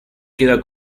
queda